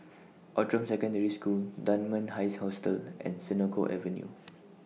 Outram Secondary School Dunman High Hostel and Senoko Avenue